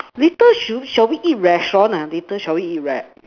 little should should we eat restaurant and later should we eat where